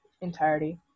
entirety